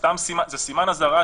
נגיף הקורונה החדש)